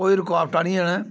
कोई रकाबटां निं हैन